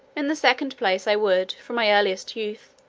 in the second place, i would, from my earliest youth,